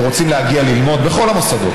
שרוצים להגיע ללמוד בכל המוסדות,